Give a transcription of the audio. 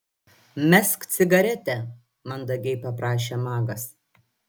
mesk cigaretę mandagiai paprašė magas